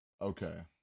Okay